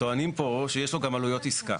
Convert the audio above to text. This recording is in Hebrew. טוענים פה שיש לו גם עלויות עסקה,